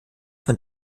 von